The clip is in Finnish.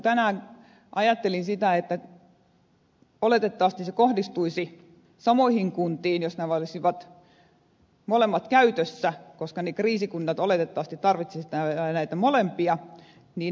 tänään ajattelin että oletettavasti se kohdistuisi samoihin kuntiin jos nämä molemmat olisivat käytössä koska ne kriisikunnat oletettavasti tarvitsisivat näitä molempia mutta ed